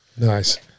Nice